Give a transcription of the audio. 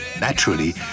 Naturally